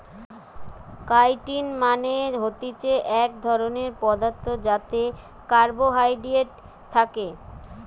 chitin মানে হতিছে এক ধরণের পদার্থ যাতে কার্বোহাইড্রেট থাকে